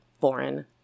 foreign